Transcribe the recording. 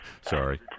Sorry